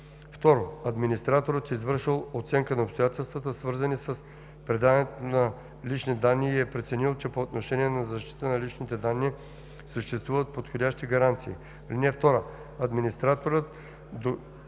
или 2. администраторът е извършил оценка на обстоятелствата, свързани с предаването на лични данни и е преценил, че по отношение на защитата на личните данни съществуват подходящи гаранции.